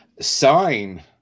sign